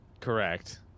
Correct